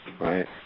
Right